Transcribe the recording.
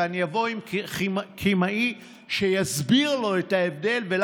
ואני אבוא עם כימאי שיסביר לו את ההבדל ולמה,